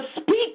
speak